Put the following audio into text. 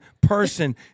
person